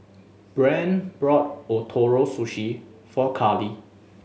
Brande bought Ootoro Sushi for Carlie